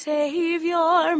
Savior